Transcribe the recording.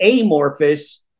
amorphous